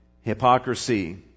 hypocrisy